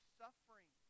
suffering